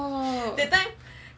oh